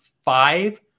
five